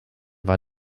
war